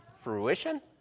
fruition